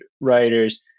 writers